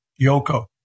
Yoko